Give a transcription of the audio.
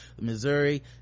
missouri